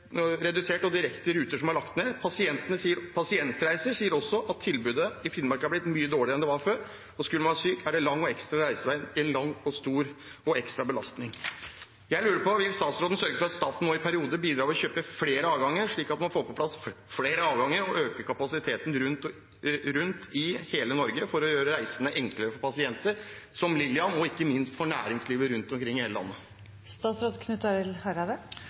er lagt ned. Pasientreiser sier også at tilbudet i Finnmark er blitt mye dårligere enn det var før. Og skulle man bli syk, er reiseveien ekstra lang, og det blir ekstra belastning. Jeg lurer på: Vil statsråden sørge for at staten nå en periode bidrar ved å kjøpe flere avganger, slik at man får på plass flere avganger og øker kapasiteten rundt i hele Norge for å gjøre reisene enklere for pasienter som Lillian, og ikke minst for næringslivet rundt omkring i